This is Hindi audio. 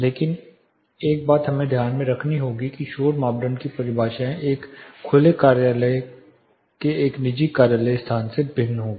लेकिन एक बात हमें ध्यान में रखनी होगी कि शोर मानदंडों की परिभाषाएं एक खुले कार्यालय से एक निजी कार्यालय स्थान में भिन्न होंगी